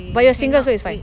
but you're single so it's fine